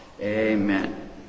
amen